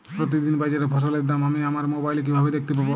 প্রতিদিন বাজারে ফসলের দাম আমি আমার মোবাইলে কিভাবে দেখতে পাব?